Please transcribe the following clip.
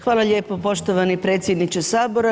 Hvala lijepo poštovani predsjedniče Sabora.